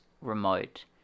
remote